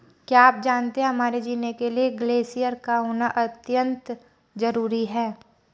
क्या आप जानते है हमारे जीने के लिए ग्लेश्यिर का होना अत्यंत ज़रूरी है?